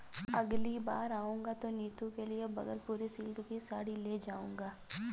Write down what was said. अगली बार आऊंगा तो नीतू के लिए भागलपुरी सिल्क की साड़ी ले जाऊंगा